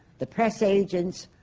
the press agents,